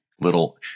little